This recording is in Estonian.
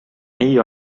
nii